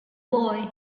boy